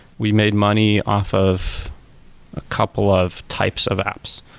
we made money off of a couple of types of apps.